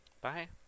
Bye